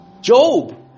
Job